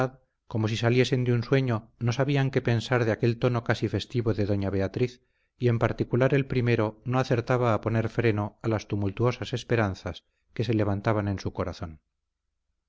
como si saliesen de un sueño no sabían qué pensar de aquel tono casi festivo de doña beatriz y en particular el primero no acertaba a poner freno a las tumultosas esperanzas que se levantaban en su corazón